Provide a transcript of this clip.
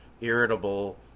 irritable